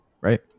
Right